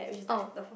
oh